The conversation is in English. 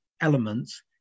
elements